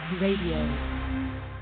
Radio